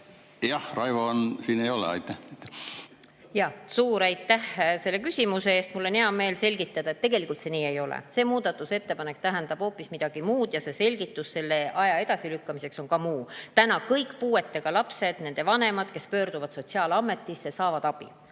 Jah. Raivot siin ei ole. Aitäh! Jaa. Suur aitäh selle küsimuse eest! Mul on hea meel selgitada, et tegelikult see nii ei ole. See muudatusettepanek tähendab hoopis midagi muud ja see selgitus selle aja edasilükkamise kohta on ka muu kohta. Kõik puuetega lapsed ja nende vanemad, kes pöörduvad sotsiaalametisse, saavad abi.